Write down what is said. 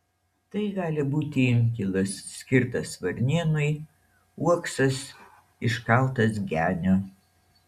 tai gali būti inkilas skirtas varnėnui uoksas iškaltas genio